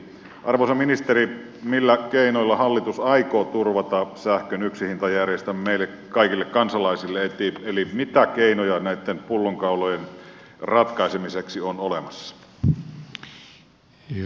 arvoisa ministeri millä keinoilla hallitus aikoo turvata sähkön yksihintajärjestelmän meille kaikille kansalaisille eli mitä keinoja näitten pullonkaulojen ratkaisemiseksi on olemassa